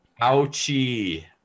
ouchie